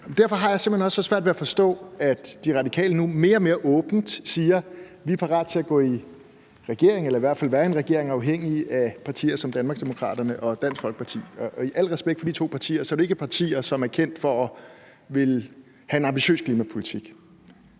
Derfor har jeg simpelt hen også så svært ved at forstå, at De Radikale nu mere og mere åbent siger, at de er parate til at gå i regering eller i hvert fald at være i en regering, der er afhængig af partier som Danmarksdemokraterne og Dansk Folkeparti. Og med al respekt for de to partier er det jo ikke partier, som er kendt for at ville have en ambitiøs klimapolitik.